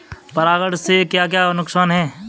परागण से क्या क्या नुकसान हैं?